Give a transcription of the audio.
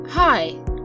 Hi